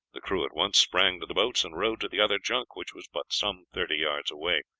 the crew at once sprang to the boats and rowed to the other junk, which was but some thirty yards away.